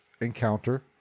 encounter